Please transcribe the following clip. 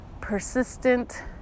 persistent